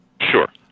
Sure